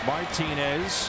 Martinez